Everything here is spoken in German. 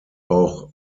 auch